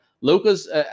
Luca's